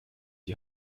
die